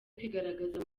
kwigaragaza